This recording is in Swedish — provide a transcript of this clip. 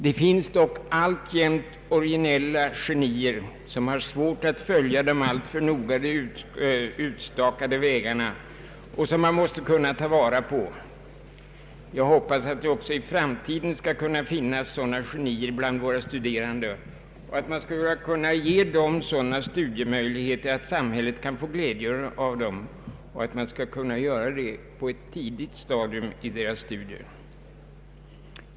Det finns dock alltjämt originella genier som har svårt att följa de alltför noga utstakade vägarna men som man ändå måste kunna ta vara på. Jag hoppas att det också i framtiden skall kunna finnas sådana genier bland våra studerande och att man skall kunna ge dem sådana studiemöjligheter att samhället kan få glädje av dem och att man skall kunna göra detta på ett tidigt stadium i deras studier.